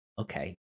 okay